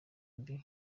mbi